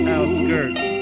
Outskirts